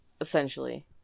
Essentially